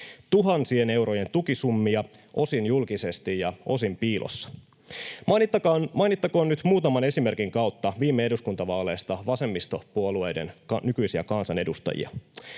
tuhansien eurojen tukisummia, osin julkisesti ja osin piilossa. Mainittakoon nyt muutaman esimerkin kautta viime eduskuntavaaleista vasemmistopuolueiden nykyisiä kansanedustajia: